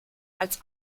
als